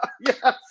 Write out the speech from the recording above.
yes